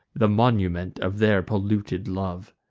the monument of their polluted love.